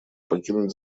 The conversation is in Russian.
покинуть